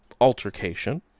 altercation